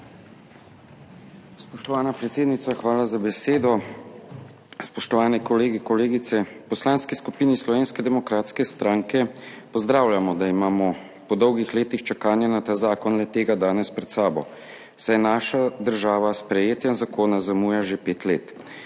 Spoštovana predsednica, hvala za besedo. Spoštovani kolegi, kolegice! V Poslanski skupini Slovenske demokratske stranke pozdravljamo, da imamo po dolgih letih čakanja na ta zakon le-tega danes pred sabo, saj naša država s sprejetjem zakona zamuja že pet let.